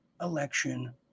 election